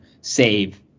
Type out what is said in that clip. save